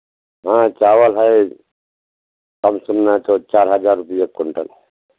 हाँ चावल है कम सम नहीं तो चार हज़ार दिये क्विंटल